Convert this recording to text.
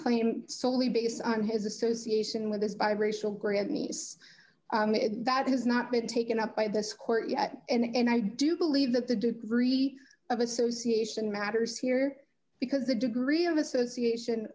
claim solely based on his association with his biracial grammys that has not been taken up by this court yet and i do believe that the degree of association matters here because the degree of association